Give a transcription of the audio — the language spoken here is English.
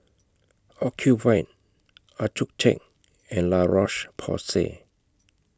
Ocuvite Accucheck and La Roche Porsay